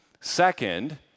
Second